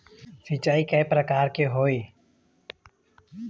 सिचाई कय प्रकार के होये?